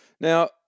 Now